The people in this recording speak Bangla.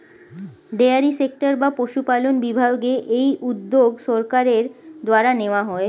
ডেয়ারি সেক্টর বা পশুপালন বিভাগে এই উদ্যোগ সরকারের দ্বারা নেওয়া হয়